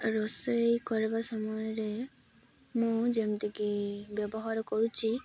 ରୋଷେଇ କରିବା ସମୟରେ ମୁଁ ଯେମିତିକି ବ୍ୟବହାର କରୁଛି